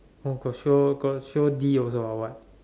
oh got show got show D also or what